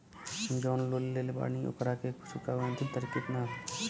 हम जवन लोन लेले बानी ओकरा के चुकावे अंतिम तारीख कितना हैं?